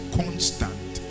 constant